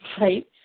right